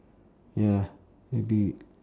ya agreed